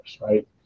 right